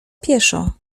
pieszo